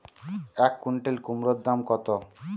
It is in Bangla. এক কুইন্টাল কুমোড় দাম কত?